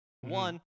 One